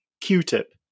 Q-tip